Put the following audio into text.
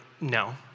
No